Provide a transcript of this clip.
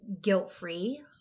guilt-free